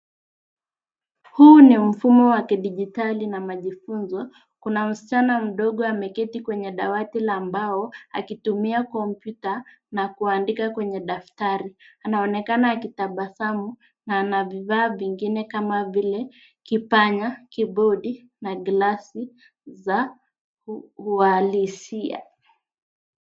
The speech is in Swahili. Huu ni mfumo wa kidijitali na majifunzo. Kuna msichana mdogo ameketi kwenye dawati la mbao akitumia kompyuta na kuandika kwenye daftari. Anaonekana akitabasamu na ana bidhaa vingine kama vile: kipanya, kibodi na glasi za uhalisia.